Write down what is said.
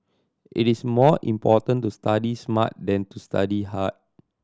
it is more important to study smart than to study hard